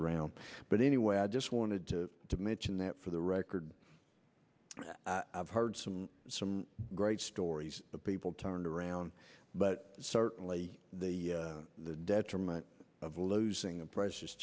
around but anyway i just wanted to to mention that for the record i've heard some some great stories of people turned around but certainly the detriment of losing a pr